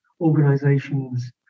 organizations